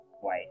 white